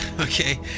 okay